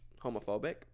homophobic